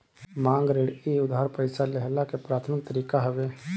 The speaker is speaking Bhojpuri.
मांग ऋण इ उधार पईसा लेहला के प्राथमिक तरीका हवे